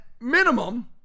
minimum